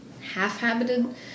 half-habited